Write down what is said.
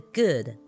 good